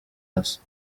hasi